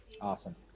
Awesome